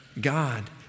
God